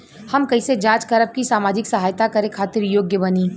हम कइसे जांच करब की सामाजिक सहायता करे खातिर योग्य बानी?